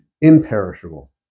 imperishable